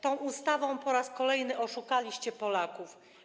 Tą ustawą po raz kolejny oszukaliście Polaków.